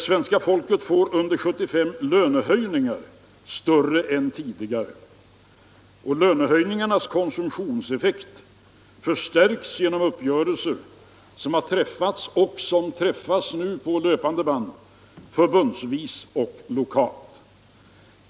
Svenska folket får under 1975 lönehöjningar större än tidigare, och lönehöjningarnas konsumtionseffekt förstärks genom uppgörelser som har träffats och som träffas nu på löpande band, förbundsvis och lokalt.